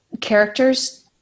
characters